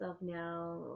now